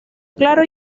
claro